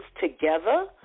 together